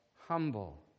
humble